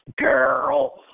girl